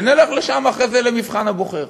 ונלך לשם אחרי זה, למבחן הבוחר.